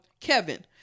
Kevin